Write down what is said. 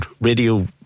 radio